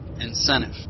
incentive